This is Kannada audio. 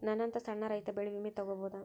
ನನ್ನಂತಾ ಸಣ್ಣ ರೈತ ಬೆಳಿ ವಿಮೆ ತೊಗೊಬೋದ?